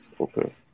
Okay